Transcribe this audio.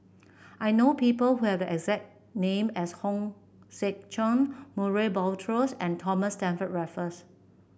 I know people who have the exact name as Hong Sek Chern Murray Buttrose and Thomas Stamford Raffles